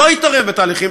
לא תתערב בתהליכים,